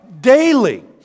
Daily